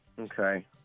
Okay